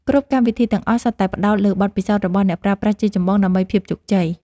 គ្រប់កម្មវិធីទាំងអស់សុទ្ធតែផ្ដោតលើបទពិសោធន៍របស់អ្នកប្រើប្រាស់ជាចម្បងដើម្បីភាពជោគជ័យ។